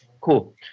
Cool